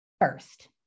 first